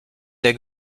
der